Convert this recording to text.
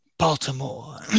Baltimore